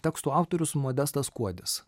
tekstų autorius modestas kuodis